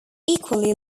equally